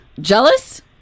Jealous